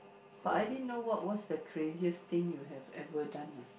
but I didn't know what was the craziest thing you have ever done ah